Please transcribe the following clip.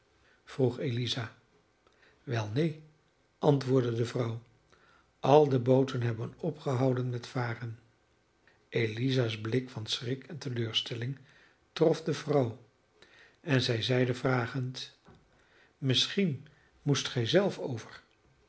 vroeg eliza wel neen antwoordde de vrouw al de booten hebben opgehouden met varen eliza's blik van schrik en teleurstelling trof de vrouw en zij zeide vragend misschien moest gij zelf over